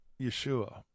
Yeshua